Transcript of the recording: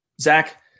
Zach